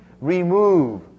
remove